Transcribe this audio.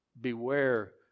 Beware